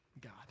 God